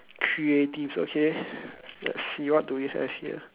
creatives okay let's see what do we have here